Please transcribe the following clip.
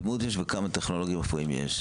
וכמה טכנולוגים רפואיים יש?